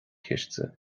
chiste